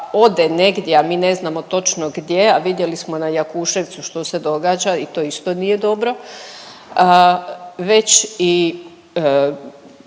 ode negdje, a mi ne znamo točno gdje, a vidjeli smo na Jakuševcu što se događa i to isto nije dobro, već i